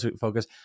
focus